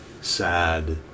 sad